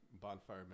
bonfire